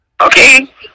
Okay